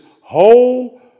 whole